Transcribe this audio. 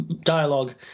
dialogue